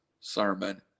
sermon